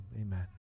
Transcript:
Amen